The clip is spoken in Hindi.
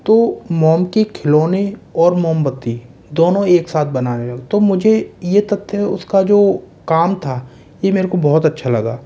तो मोम के खिलौने और मोमबत्ती दोनों एक साथ बनाने लगा तो मुझे ये तथ्य उसका जो काम था ये मेरे को बहुत अच्छा लगा